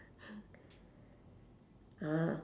ah